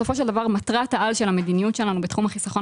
בסופו של דבר מטרת העל של המדיניות שלנו בתחום החיסכון